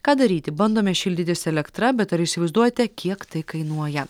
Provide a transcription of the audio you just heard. ką daryti bandome šildytis elektra bet ar įsivaizduojate kiek tai kainuoja